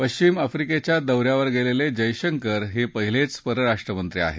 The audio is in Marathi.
पश्विम आफ्रिकेच्या दौऱ्यावर गेलेले जयशंकर हे पहिलेच परराष्ट्रमंत्री आहेत